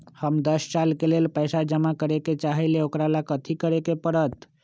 हम दस साल के लेल पैसा जमा करे के चाहईले, ओकरा ला कथि करे के परत?